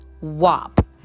Wop